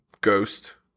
Ghost